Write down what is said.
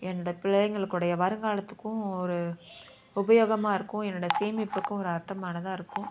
என்னுடய பிள்ளைங்களுக்குடைய வருங்காலத்துக்கும் ஒரு உபயோகமாக இருக்கும் என்னோடய சேமிப்புக்கும் ஒரு அர்த்தமானதாக இருக்கும்